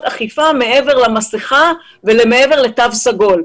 אכיפה מעבר למסכה ומעבר לתו סגול.